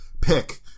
pick